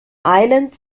island